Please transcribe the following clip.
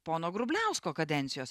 pono grubliausko kadencijos